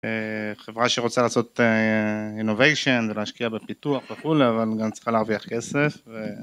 חברה שרוצה לעשות innovation ולהשקיע בפיתוח וכולי אבל גם צריכה להרוויח כסף ו..